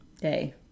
Day